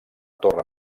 torre